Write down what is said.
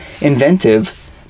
inventive